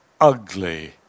ugly